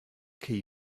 key